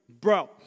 bro